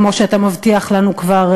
כמו שאתה מבטיח לנו כבר,